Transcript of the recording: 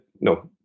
No